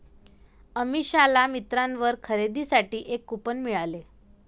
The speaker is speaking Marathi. अमिषाला मिंत्रावर खरेदीसाठी एक कूपन मिळाले